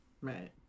right